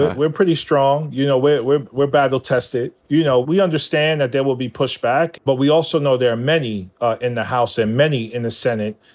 we're pretty strong. you know, we're we're bible-tested. you know, we understand that there will be pushback. but we also know there are many in the house and many in the senate.